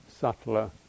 subtler